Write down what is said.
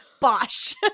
bosh